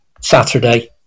Saturday